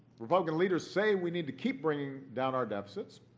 republican leaders say we need to keep bringing down our deficits.